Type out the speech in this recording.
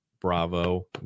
bravo